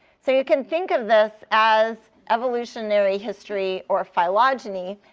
so you can think of this as evolutionary history or phylogeny.